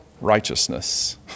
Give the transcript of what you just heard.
righteousness